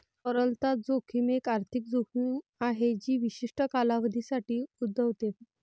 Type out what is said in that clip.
तरलता जोखीम एक आर्थिक जोखीम आहे जी विशिष्ट कालावधीसाठी उद्भवते